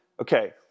Okay